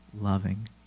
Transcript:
loving